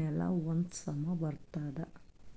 ನೆಲಾ ಒಂದ್ ಸಮಾ ಬರ್ತದ್